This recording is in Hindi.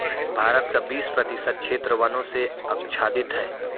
भारत का बीस प्रतिशत क्षेत्र वनों से आच्छादित है